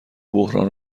بحران